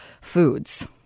foods